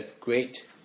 great